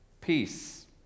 Peace